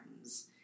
friends